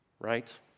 right